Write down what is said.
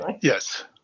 Yes